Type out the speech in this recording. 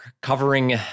covering